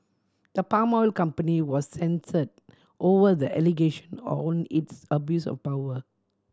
the palm oil company was censured over the allegation on its abuse of power